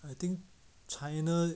I think china